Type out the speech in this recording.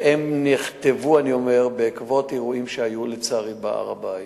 והם נכתבו בעקבות אירועים שהיו לצערי בהר-הבית.